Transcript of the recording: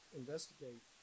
investigate